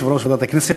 יושב-ראש ועדת הכנסת,